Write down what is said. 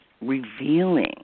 revealing